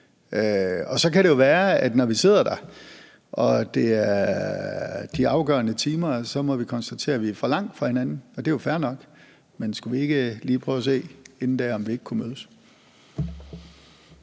Og så kan det jo være, når vi sidder der, og vi er nået til de afgørende timer, at vi må konstatere, at vi er for langt fra hinanden, og det er jo fair nok, men skulle vi ikke inden da lige prøve at se, om vi ikke kunne mødes?